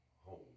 home